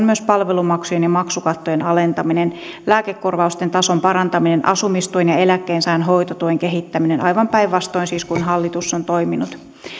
myös palvelumaksujen ja maksukattojen alentaminen lääkekorvausten tason parantaminen asumistuen ja ja eläkkeensaajan hoitotuen kehittäminen aivan päinvastoin siis kuin hallitus on toiminut